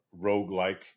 roguelike